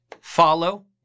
follow